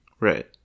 Right